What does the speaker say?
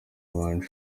abantu